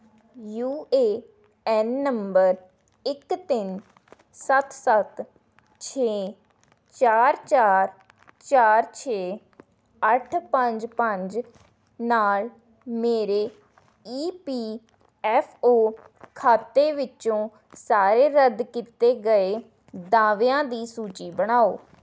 you A N number ਇੱਕ ਤਿੰਨ ਸੱਤ ਸੱਤ ਛੇ ਚਾਰ ਚਾਰ ਚਾਰ ਛੇ ਅੱਠ ਪੰਜ ਪੰਜ ਨਾਲ ਮੇਰੇ ਈ ਪੀ ਐੱਫ ਓ ਖਾਤੇ ਵਿੱਚੋਂ ਸਾਰੇ ਰੱਦ ਕੀਤੇ ਗਏ ਦਾਅਵਿਆਂ ਦੀ ਸੂਚੀ ਬਣਾਓ